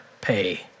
pay